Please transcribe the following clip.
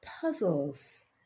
puzzles